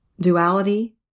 duality